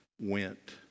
went